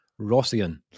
rossian